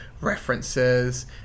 references